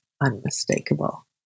Unmistakable